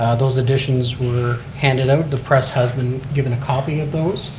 those additions were handed out, the press has been given a copy of those.